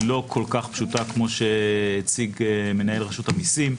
לא כל כך פשוטה כפי שהציג מנהל רשות המיסים.